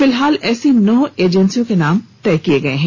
फिलहाल ऐसी नौ एजेंसियों के नाम तय किये गये हैं